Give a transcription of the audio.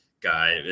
guy